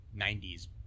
90s